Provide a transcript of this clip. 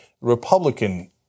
Republican